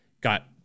got